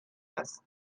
است